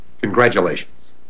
Congratulations